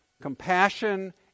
Compassion